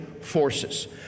forces